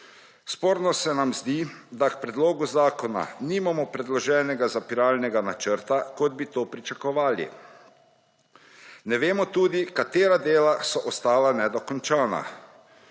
Sporno se nam zdi, da k predlogu zakona nimamo predloženega zapiralnega načrta, kot bi to pričakovali. Ne vemo tudi, katera dela so ostala nedokončana.